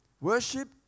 Worship